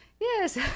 yes